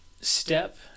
step